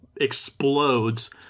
explodes